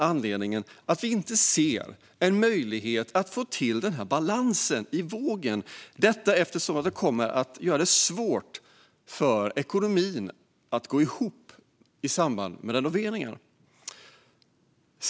Anledningen är att vi inte ser en möjlighet att få till en balans på vågen, eftersom det kommer att bli svårt att få ekonomin att gå ihop i samband med renoveringar.